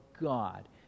God